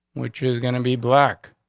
which is gonna be black.